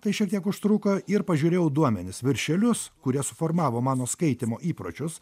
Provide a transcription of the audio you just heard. tai šiek tiek užtruko ir pažiūrėjau duomenis viršelius kurie suformavo mano skaitymo įpročius